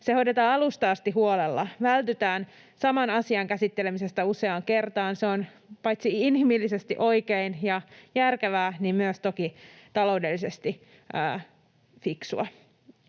se hoidetaan alusta asti huolella, vältytään saman asian käsittelemiseltä useaan kertaan. Se on paitsi inhimillisesti oikein ja järkevää myös toki taloudellisesti fiksua.